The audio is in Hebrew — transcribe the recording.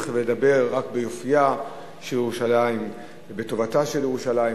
ולדבר רק ביופיה של ירושלים ובטובתה של ירושלים,